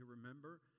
remember